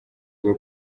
bwo